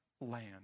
land